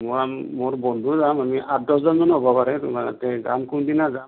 মই মোৰ বন্ধু যাম আমি আঠ দহজনমান হ'ব পাৰে কোন দিনা